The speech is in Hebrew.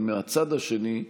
אבל מהצד השני,